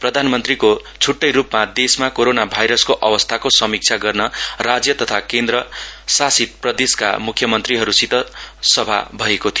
प्रधानमन्त्रीको छट्टैरूपमा देशमा कोरोना भाइरसको अवस्थाको समिक्षा गर्न राज्य तथा केन्द्रशासित प्रदेशका मुख्यमन्त्रीहरूसित सभा भएको थियो